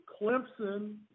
Clemson